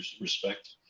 respect